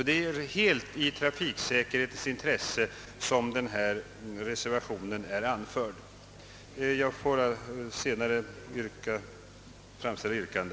Det är helt i trafiksäkerhetens intresse som min reservation tillkommit. Herr talman! Jag ber att senare få framställa yrkande.